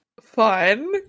fun